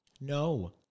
No